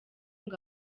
ngo